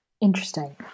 Interesting